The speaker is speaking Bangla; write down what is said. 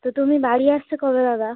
তো তুমি বাড়ি আসছো কবে দাদা